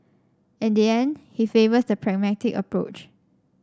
in the end he favours the pragmatic approach